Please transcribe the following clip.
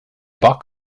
bok